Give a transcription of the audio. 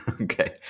okay